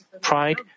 pride